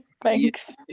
Thanks